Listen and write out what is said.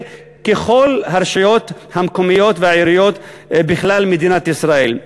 כבכל הרשויות המקומיות והעיריות בכלל מדינת ישראל.